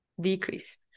Decrease